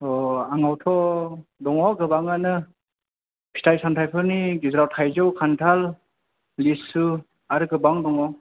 आंनावथ' दङ गोबाङानो फिथाइ साथाइफोरनि गेजेराव थाइजौ खान्थाल लिसु आरो गोबां दङ